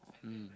mm